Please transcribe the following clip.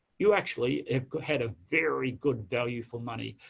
you actually had a very good-value-for-money